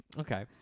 Okay